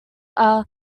are